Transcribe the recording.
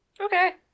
okay